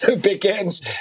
begins